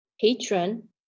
patron